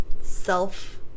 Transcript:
self